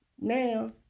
now